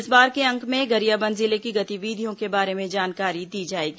इस बार के अंक में गरियाबंद जिले की गतिविधियों के बारे में जानकारी दी जाएगी